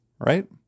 right